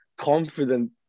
confident